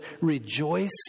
Rejoice